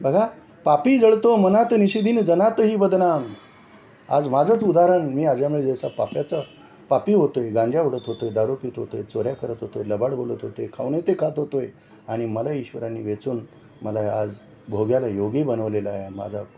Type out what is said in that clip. बघा पापी जळतो मनात निशिदिनी जनातही बदनाम आज माझंच उदाहरण मी आज ज्यामुळे ज्याचा पाप्याचा पापी होतो आहे गांजा ओडत होतो आहे दारू पीत होतो आहे चोऱ्या करत होतो आहे लबाड बोलत होते खाऊ नये ते खात होतो आहे आणि मला ईश्वरांनी वेचून मला आज भोग्याला योगी बनवलेलं आहे माझा